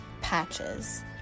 patches